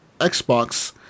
Xbox